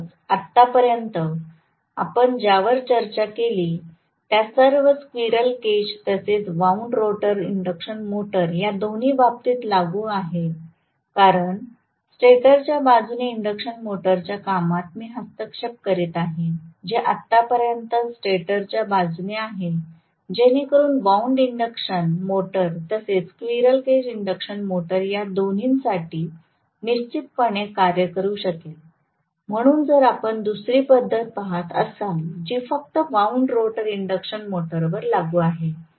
म्हणूनच आतापर्यंत आपण ज्यावर चर्चा केली त्या सर्व स्क्विरल केज तसेच वाऊंड रोटर इंडक्शन मोटर या दोन्ही बाबतीत लागू आहेत कारण स्टेटरच्या बाजूने इंडक्शन मोटरच्या कामात मी हस्तक्षेप करीत आहे जे आतापर्यंत स्टेटरच्या बाजूने आहे जेणेकरून वाऊंड इंडक्शन मोटर तसेच स्क्विरल केज इंडक्शन मोटर या दोन्हीसाठी निश्चितपणे कार्य करू शकेल म्हणून जर आपण दुसरी पद्धत पहात असाल जी फक्त वाऊंड रोटर इंडक्शन मोटरवर लागू आहे